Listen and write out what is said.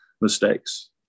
mistakes